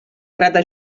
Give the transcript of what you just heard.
rata